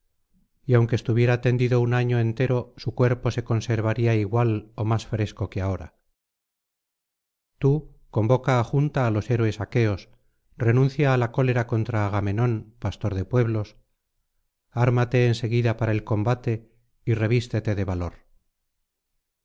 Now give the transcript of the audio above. y aunque estuviera tendido un año entero su cuerpo se conservaría igual ó más fresco que ahora tú convoca á junta á los héroes aqueos renuncia á la cólera contra agamenón pastor de pueblos ármate en seguida para el combatey revístete de valor